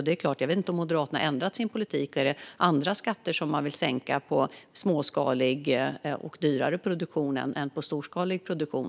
Jag vet inte om Moderaterna har ändrat sin politik. Finns det andra skatter som man vill ska vara lägre för småskalig och dyrare produktion än för storskalig produktion?